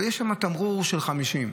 ויש שם תמרור של 50,